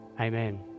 Amen